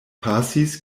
pasis